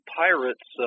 pirates